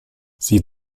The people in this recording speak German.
sie